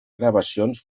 gravacions